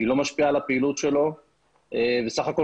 היא לא משפיעה על הפעילות שלו אלא בסך הכול